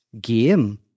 game